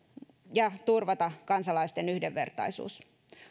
ja turvata kansalaisten yhdenvertaisuus